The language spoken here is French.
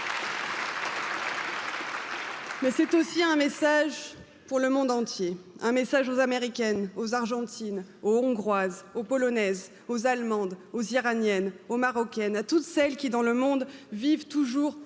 G. C'est aussi un message pour le monde entier, un message aux Américaines, aux Argentines, aux Hongroises, aux Polonaises, aux Allemandes, aux Iraniennes et aux Marocaines, à toutes celles qui, dans le monde, vivent toujours ou de